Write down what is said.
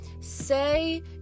say